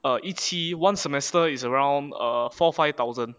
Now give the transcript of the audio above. err 一起 one semester is around err four five thousand